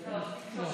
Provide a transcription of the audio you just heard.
נתקבלה.